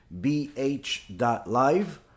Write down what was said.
bh.live